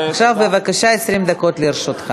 עכשיו, בבקשה, 20 דקות לרשותך.